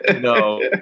No